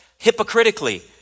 hypocritically